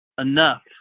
enough